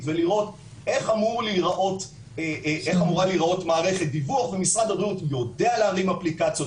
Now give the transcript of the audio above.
ולראות איך אמורה להראות מערכת דיווח ומשרד הבריאות יודע להרים אפליקציות,